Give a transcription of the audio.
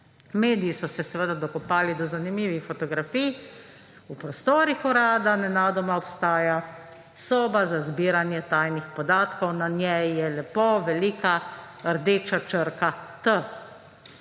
Mediji so se seveda dokopali do zanimivih fotografij. V prostorih Urada nenadoma obstaja soba za zbiranje tajnih podatkov. Na njej je lepo velika rdeča črka T.